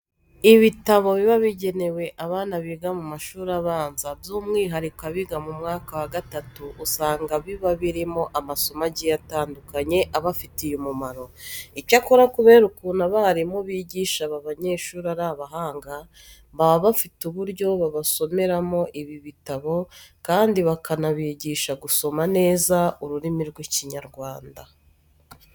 Ibitabo biba bigenewe abana biga mu mashuri abanza by'umwihariko abiga mu mwaka wa gatatu usanga biba birimo amasomo agiye atandukanye abafitiye umumaro. Icyakora kubera ukuntu abarimu bigisha aba banyeshuri ari abahanga, baba bafite uburyo babasomeramo ibi bitabo kandi bakanabigisha gusoma neza ururimi rw'Ikinyarwanda.